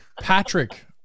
Patrick